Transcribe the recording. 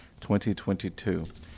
2022